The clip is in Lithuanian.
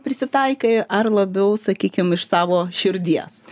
prisitaikai ar labiau sakykim iš savo širdies